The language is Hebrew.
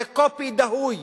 זה קופי דהוי